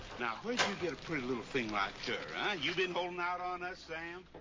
now where did you get a pretty little thing like her, huh? you been holding out on us, sam?